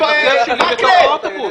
מבקר שלי היה בתוך האוטובוס.